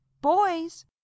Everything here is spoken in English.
boys